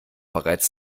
bereits